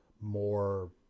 more